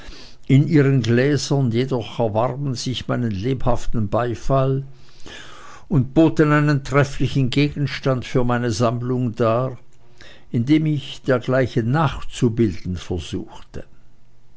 in ihren gläsern jedoch erwarben sich meinen lebhaften beifall und boten einen trefflichen gegenstand für meine sammlung dar indem ich dergleichen nachzubilden versuchte